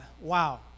wow